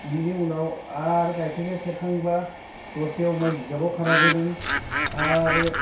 बिनि उनाव आरो गायखेरखो सेरखांब्ला दसे माइ जिगाबाव खाना दोनो आरो